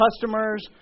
customers